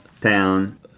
town